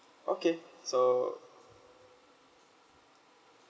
okay so